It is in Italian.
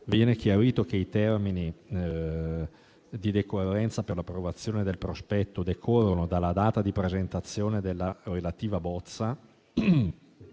Viene chiarito che i termini di decorrenza per l'approvazione del prospetto decorrono dalla data di presentazione della relativa bozza.